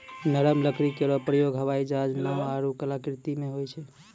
नरम लकड़ी केरो प्रयोग हवाई जहाज, नाव आरु कलाकृति म होय छै